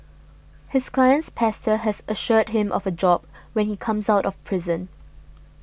his client's pastor has assured him of a job when he comes out of prison